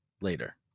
later